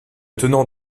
tenant